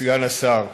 סגן השר,